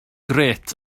grêt